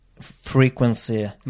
frequency